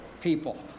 people